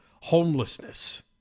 homelessness